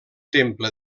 temple